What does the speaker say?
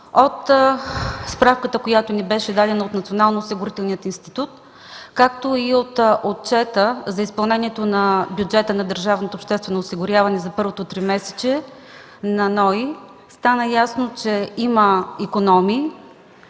От справката, която ни беше дадена от Националния осигурителен институт, както и от отчета за изпълнение на бюджета на държавното обществено осигуряване за първото тримесечие на НОИ стана ясно, че има икономии.